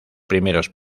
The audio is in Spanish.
primeros